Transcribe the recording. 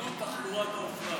לעידוד תחבורה באופניים?